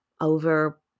over